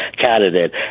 candidate